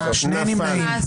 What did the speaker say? הצבעה לא אושרה נפל.